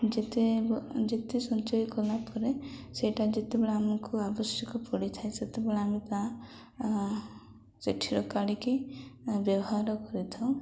ଯେତେ ଯେତେ ସଞ୍ଚୟ କଲା ପରେ ସେଇଟା ଯେତେବେଳେ ଆମକୁ ଆବଶ୍ୟକ ପଡ଼ିଥାଏ ସେତେବେଳେ ଆମେ ତା ସେଠିର କାଢ଼ିକି ବ୍ୟବହାର କରିଥାଉ